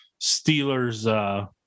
Steelers